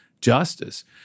justice